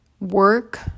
work